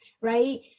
right